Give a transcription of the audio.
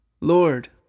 Lord